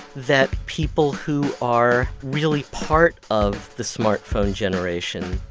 that people who are really part of the smartphone generation,